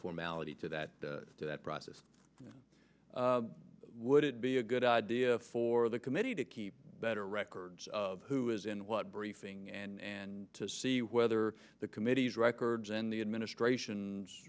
formality to that to that process would it be a good idea for the committee to keep better records of who is in what briefing and to see whether the committee's records in the administration